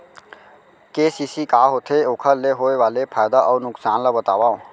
KCC का होथे, ओखर ले होय वाले फायदा अऊ नुकसान ला बतावव?